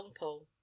Longpole